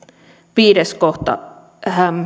viides kohta